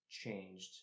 changed